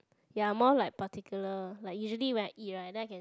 ya more like particular like usually when I eat right then I can